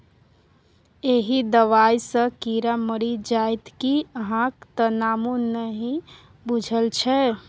एहि दबाई सँ कीड़ा मरि जाइत कि अहाँक त नामो नहि बुझल छै